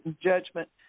judgment